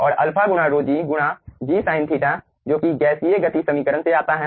और अल्फा गुणा ρg गुणा g sin θ जो कि गैसीय गति समीकरण से आता है